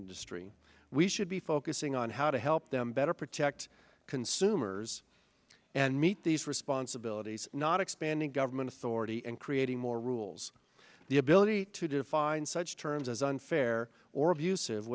industry we should be focusing on how to help them better protect consumers and meet these responsibilities not expanding government authority and creating more rules ols the ability to define such terms as unfair or